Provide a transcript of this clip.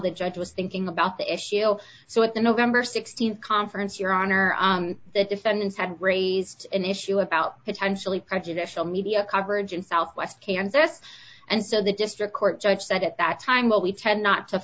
the judge was thinking about the issue so at the november th conference your honor the defendant had raised an issue about potentially prejudicial media coverage in southwest kansas and so the district court judge said at that time what we tend not to